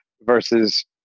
versus